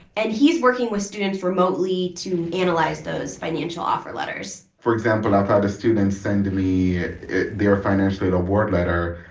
and he's working with students remotely to analyze those financial offer letters for example, i've had the students send me their financial aid award letter,